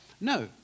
No